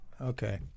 Okay